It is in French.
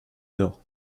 nord